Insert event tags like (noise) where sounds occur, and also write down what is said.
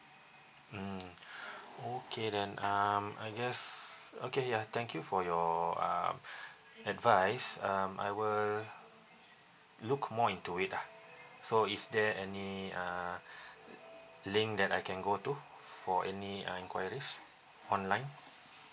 mm (breath) okay then um I guess okay ya thank you for your uh (breath) advise um I will look more into it ah so is there any uh (breath) link that I can go to for any uh enquiries online